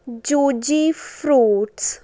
Jujyfruits